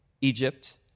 Egypt